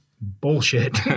bullshit